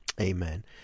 amen